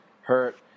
hurt